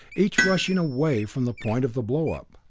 each rushing away from the point of the blow-up.